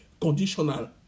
conditional